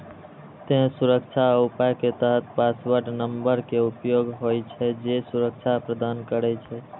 तें सुरक्षा उपाय के तहत पासवर्ड नंबर के उपयोग होइ छै, जे सुरक्षा प्रदान करै छै